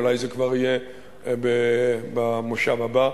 אולי זה כבר יהיה במושב הבא.